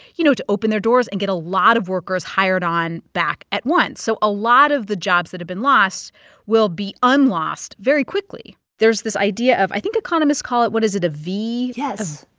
you know, to open their doors and get a lot of workers hired on back at once. so a lot of the jobs that have been lost will be unlost very quickly there's this idea of i think economists call it what is it? a v. yes.